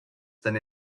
than